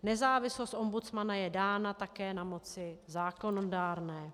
Nezávislost ombudsmana je dána také na moci zákonodárné.